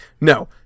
No